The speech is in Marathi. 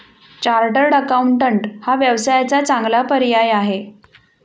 चार्टर्ड अकाउंटंट हा व्यवसायाचा चांगला पर्याय आहे